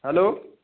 hello